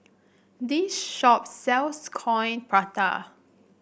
this shop sells Coin Prata